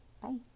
bye